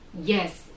Yes